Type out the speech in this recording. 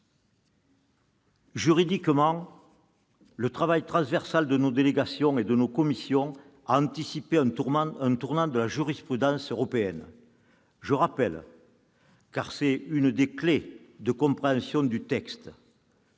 Quatrièmement, le travail transversal de nos délégations et de nos commissions sur le plan juridique a anticipé un tournant de la jurisprudence européenne. Je rappelle, car c'est l'une des clefs de compréhension du texte,